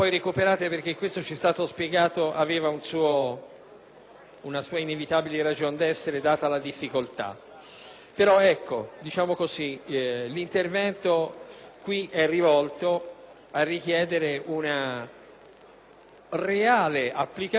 una sua inevitabile ragion d'essere data la difficoltà, però, l'intervento qui è rivolto a richiedere una reale applicazione dello spirito della semplificazione.